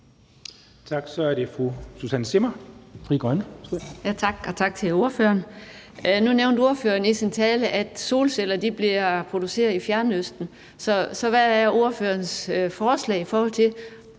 Kl. 11:49 Susanne Zimmer (FG): Tak, og tak til ordføreren. Nu nævnte ordføreren i sin tale, at solceller bliver produceret i Fjernøsten. Hvad er så ordførerens forslag til,